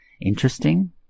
interesting